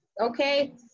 okay